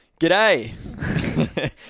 G'day